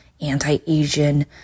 anti-Asian